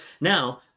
Now